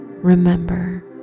Remember